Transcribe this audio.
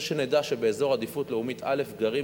אני רוצה שנדע שבאזור עדיפות לאומית א' גרים